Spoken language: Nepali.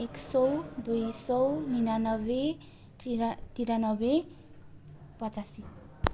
एक सौ दुई सौ निनानब्बे तिरान तिरानब्बे पचासी